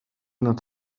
not